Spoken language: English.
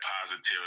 positivity